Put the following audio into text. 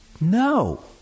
No